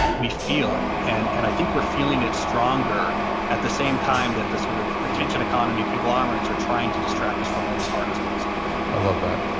we feel it and and i think we're feeling it stronger at the same time that the sort of attention economy conglomerates are trying to distract us from it as hard as possible i love that.